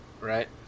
Right